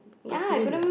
thirty minutes is